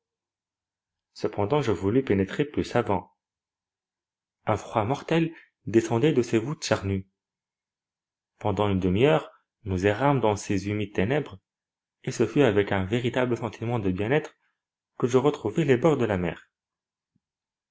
cependant je voulus pénétrer plus avant un froid mortel descendait de ces voûtes charnues pendant une demi-heure nous errâmes dans ces humides ténèbres et ce fut avec un véritable sentiment de bien-être que je retrouvai les bords de la mer